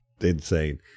insane